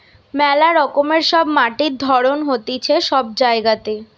মেলা রকমের সব মাটির ধরণ হতিছে সব জায়গাতে